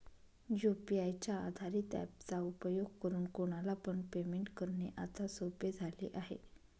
UPI च्या आधारित app चा उपयोग करून कोणाला पण पेमेंट करणे आता सोपे झाले आहे